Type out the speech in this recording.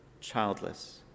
childless